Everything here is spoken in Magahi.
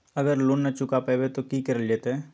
अगर लोन न चुका पैबे तो की करल जयते?